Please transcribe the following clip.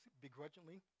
begrudgingly